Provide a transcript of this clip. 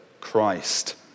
Christ